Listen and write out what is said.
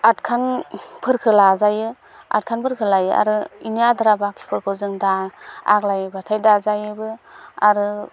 आटखान फोरखौ लाजायो आटखानफोरखो लायो आरो बेनि आद्रा बाखिफोरखौ जों दा आग्लायबाथाय दाजायोबो आरो